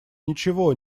ничего